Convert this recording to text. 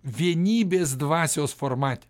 vienybės dvasios formate